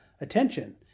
attention